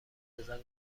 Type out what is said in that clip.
بزن